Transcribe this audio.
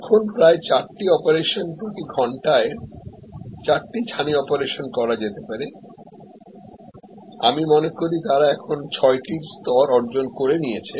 এখন প্রায় চারটি অপারেশন প্রতি ঘন্টায় চারটি ছানি অপারেশন করা যেতে পারে আমি মনে করি তারা এখন ছয়টির স্তর অর্জন করে নিয়েছে